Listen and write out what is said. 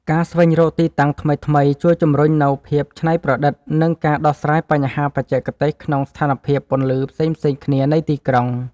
ការស្វែងរកទីតាំងថ្មីៗជួយជម្រុញនូវភាពច្នៃប្រឌិត និងការដោះស្រាយបញ្ហាបច្ចេកទេសក្នុងស្ថានភាពពន្លឺផ្សេងៗគ្នានៃទីក្រុង។